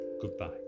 goodbye